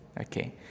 okay